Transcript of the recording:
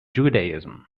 judaism